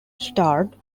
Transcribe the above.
starred